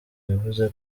yavuze